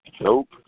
Nope